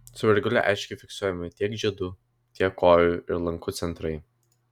su virgule aiškiai fiksuojami tiek žiedų tiek kojų ir lankų centrai